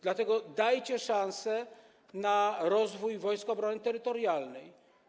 Dlatego dajcie szansę na rozwój Wojsk Obrony Terytorialnej.